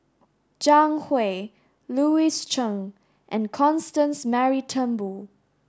Zhang Hui Louis Chen and Constance Mary Turnbull